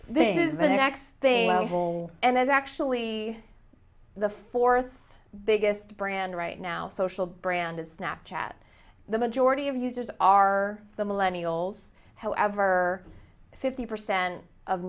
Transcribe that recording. thing will and that's actually the fourth biggest brand right now social branded snap chat the majority of users are the millennial zx however fifty percent of